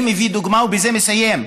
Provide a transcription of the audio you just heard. אני מביא דוגמה ובזה מסיים.